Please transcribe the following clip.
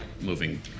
Moving